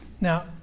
Now